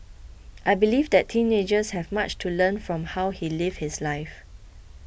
I believe that teenagers have much to learn from how he lived his life